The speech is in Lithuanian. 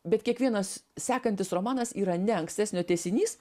bet kiekvienas sekantis romanas yra ne ankstesnio tęsinys